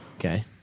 Okay